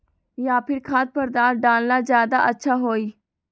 या फिर खाद्य पदार्थ डालना ज्यादा अच्छा होई?